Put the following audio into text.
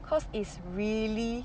cause is really